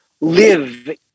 live